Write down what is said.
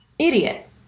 idiot